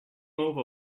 over